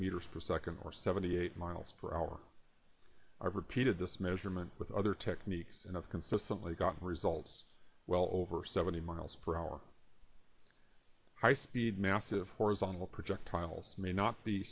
meters per second or seventy eight miles per hour i repeated this measurement with other techniques and i've consistently gotten results well over seventy miles per hour high speed massive horizontal projectiles may not be